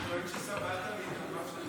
אתה טוען שסבלת מנאומיו של נאור?